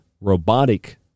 robotic